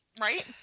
Right